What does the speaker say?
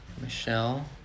Michelle